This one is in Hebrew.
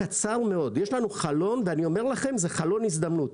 יש לנו חלון, ואני אומר לכם זה חלון הזדמנות.